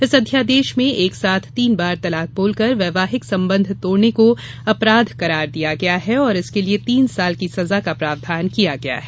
इस अध्यादेश में एक साथ तीन बार तलाक बोलकर वैवाहिक संबंध तोडने को अपराध करार दिया गया है और इसके लिए तीन साल की सजा का प्रावधान किया गया है